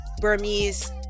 Burmese